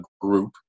group